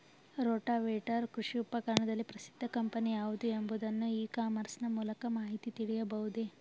Rotavator ಕೃಷಿ ಉಪಕರಣದಲ್ಲಿ ಪ್ರಸಿದ್ದ ಕಂಪನಿ ಯಾವುದು ಎಂಬುದನ್ನು ಇ ಕಾಮರ್ಸ್ ನ ಮೂಲಕ ಮಾಹಿತಿ ತಿಳಿಯಬಹುದೇ?